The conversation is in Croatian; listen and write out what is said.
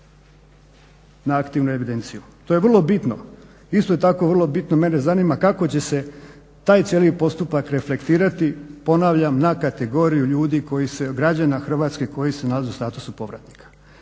na aktivnu evidenciju. To je vrlo bitno. Isto je tako vrlo bitno, mene zanima, kako će se taj cijeli postupak reflektirati, ponavljam, na kategoriju ljudi koji se, građana Hrvatske koji se nalaze u statusu povratnika.